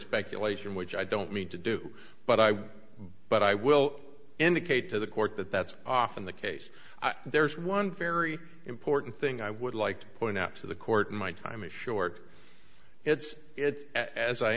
speculation which i don't mean to do but i would but i will indicate to the court that that's often the case there's one very important thing i would like to point out to the court in my time is short it's it's as i